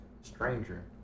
stranger